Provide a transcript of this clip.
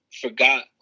forgot